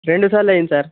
రెండుసార్లు అయింది సార్